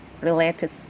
related